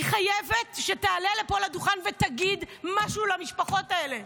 אני חייבת שתעלה לפה לדוכן ותגיד משהו למשפחות האלה,